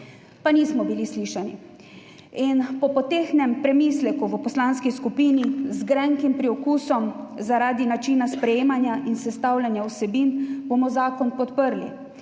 pa nismo bili slišani. Po tehtnem premisleku bomo v poslanski skupini z grenkim priokusom zaradi načina sprejemanja in sestavljanja vsebin zakon podprli